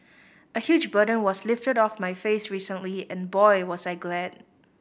a huge burden was lifted off my face recently and boy was I glad